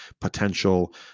potential